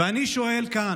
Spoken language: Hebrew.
ואני שואל כאן,